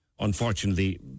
unfortunately